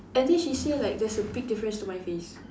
and then she say like there's a big difference to my face